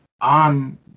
on